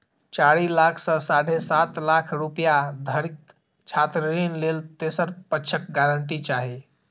चारि लाख सं साढ़े सात लाख रुपैया धरिक छात्र ऋण लेल तेसर पक्षक गारंटी चाही